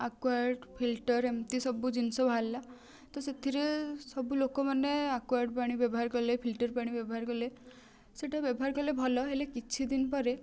Aquaguard filter ଏମିତି ସବୁ ଜିନଷ ବାହାରିଲା ତ ସେଥିରେ ସବୁ ଲୋକମାନେ ଆକ୍ଵାଗାଡ଼ ପାଣି ବ୍ୟବହାର କଲେ ଫିଲ୍ଟର ପାଣି ବ୍ୟବହାର କଲେ ସେଇଟା ବ୍ୟବହାର କଲେ ଭଲ ହେଲେ କିଛି ଦିନ ପରେ